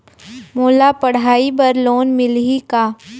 मोला पढ़ाई बर लोन मिलही का?